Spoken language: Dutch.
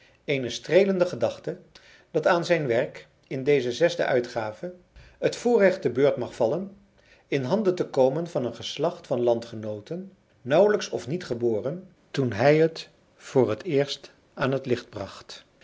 eene streelende gedachte dat aan zijn werk in deze zesde uitgave het voorrecht te beurt mag vallen in handen te komen van een geslacht van landgenooten nauwelijks of niet geboren toen hij het voor het eerst aan het licht bracht